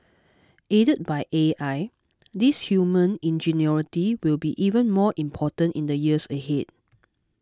aided by A I this human ingenuity will be even more important in the years ahead